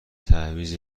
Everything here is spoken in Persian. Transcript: تعویض